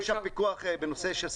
אין שם פיקוח בנושא של סלמונלה,